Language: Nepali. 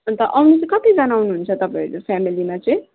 अन्त आउनु चाहिँ कतिजना आउनु हुन्छ तपाईँहरू फ्यमिलीमा चाहिँ